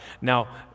Now